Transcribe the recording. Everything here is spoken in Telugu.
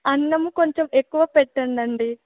అన్నము కొంచెం ఎక్కువ పెట్టండండి